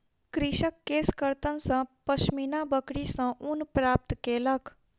कृषक केशकर्तन सॅ पश्मीना बकरी सॅ ऊन प्राप्त केलक